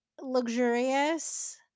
luxurious